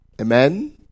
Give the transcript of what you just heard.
Amen